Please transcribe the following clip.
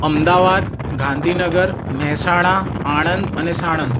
અમદાવાદ ગાંધીનગર મહેસાણા આણંદ અને સાણંદ